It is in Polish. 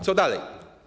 Co dalej?